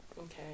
Okay